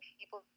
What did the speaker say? people